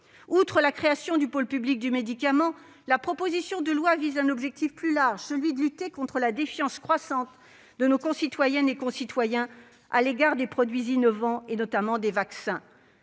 Outre la création du pôle public du médicament, la proposition de loi vise un objectif plus large, celui de lutter contre la défiance croissante de nos concitoyennes et concitoyens à l'égard des produits innovants, notamment des vaccins.